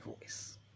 voice